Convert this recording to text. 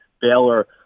Baylor